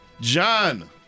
John